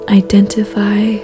identify